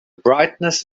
brightness